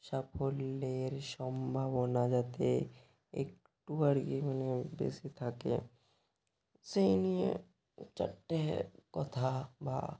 সাফল্যের সম্ভাবনা যাতে একটু আর কি মানে বেশি থাকে সেই নিয়ে চারটে কথা বা